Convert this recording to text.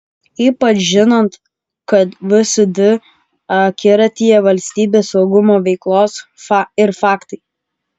ypač žinant kad vsd akiratyje valstybės saugumo veiklos ir faktai